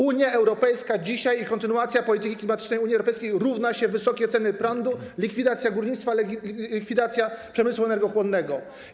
Unia Europejska i kontynuacja polityki klimatycznej Unii Europejskiej dzisiaj równa się: wysokie ceny prądu, likwidacja górnictwa, likwidacja przemysłu energochłonnego.